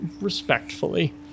respectfully